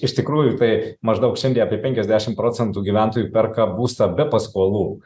iš tikrųjų tai maždaug šiandie apie penkiasdešimt procentų gyventojų perka būstą be paskolų